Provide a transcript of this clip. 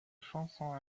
chanson